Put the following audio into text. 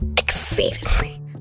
exceedingly